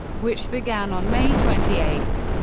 which began on may twenty eight.